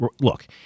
look